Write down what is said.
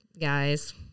guys